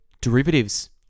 derivatives